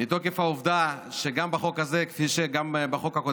מתוקף העובדה שגם בחוק הזה,